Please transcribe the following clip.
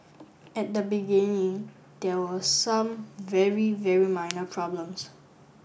at the beginning there were some very very minor problems